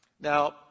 Now